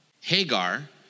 Hagar